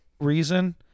reason